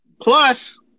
Plus